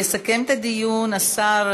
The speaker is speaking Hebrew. יסכם את הדיון השר,